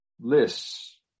lists